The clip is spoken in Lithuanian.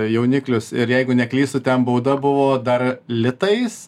jauniklius ir jeigu neklystu ten bauda buvo dar litais